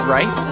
Right